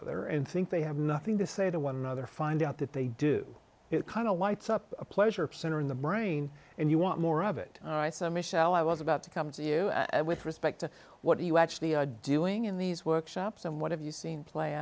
other and think they have nothing to say to one another find out that they do it kind of lights up a pleasure center in the brain and you want more of it all right so michelle i was about to come to you with respect to what do you actually doing in these workshops and what have you seen play